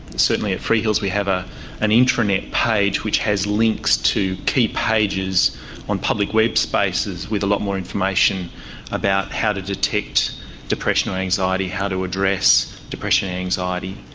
certainly at freehills we have ah an intranet page which has links to key pages on public web spaces with a lot more information about how to detect depression or anxiety, how to address depression and anxiety.